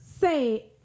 say